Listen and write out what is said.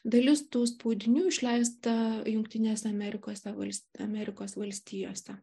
dalis tų spaudinių išleista jungtinėse amerikos valstijų amerikos valstijose